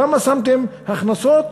כמה שמתם הכנסות